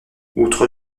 outre